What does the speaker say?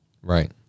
Right